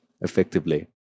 effectively